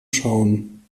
schauen